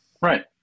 Right